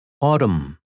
Autumn